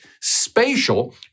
spatial